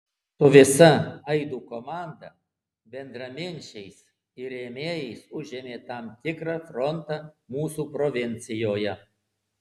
su visa aidų komanda bendraminčiais ir rėmėjais užėmė tam tikrą frontą mūsų provincijoje